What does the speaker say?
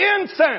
incense